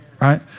Right